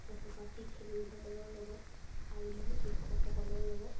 সহপ্ৰাৰ্থী খেলুৱৈসকলৰ লগত আৰু মোৰ শিক্ষকসকলৰ লগত